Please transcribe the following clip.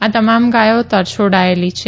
આ તમામ ગાયો તરછોડાયેલી છે